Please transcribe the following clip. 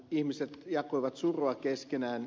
ihmiset jakoivat surua keskenään